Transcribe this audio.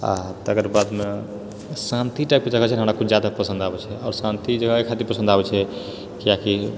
आ तकर बादमे शांति टाइपके जगह छै ने हमरा किछु जादा पसन्द आबैत छै आओर शांति जगह एहि खातिर पसन्द आबैत छै किआकि